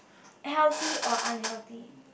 healthy or unhealthy